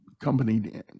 company